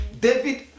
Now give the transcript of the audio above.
David